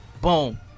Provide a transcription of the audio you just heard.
Boom